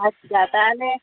আচ্ছা তাহলে